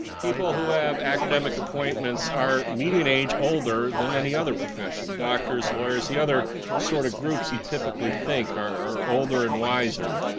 people who have academic appointments are median age older than any other profession, doctors, lawyers, the other sort of groups you typically think are older and wiser,